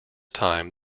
time